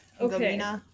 okay